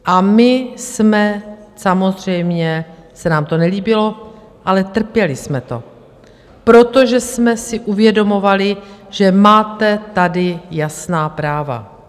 A my jsme samozřejmě se nám to nelíbilo, ale trpěli jsme to, protože jsme si uvědomovali, že máte tady jasná práva.